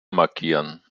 markieren